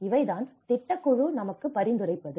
இவைதான் திட்டக்குழு நமக்கு பரிந்துரைப்பது